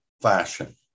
fashion